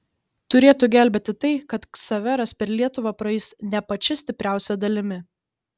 turėtų gelbėti tai kad ksaveras per lietuvą praeis ne pačia stipriausia dalimi